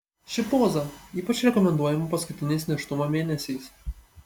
ši poza ypač rekomenduojama paskutiniais nėštumo mėnesiais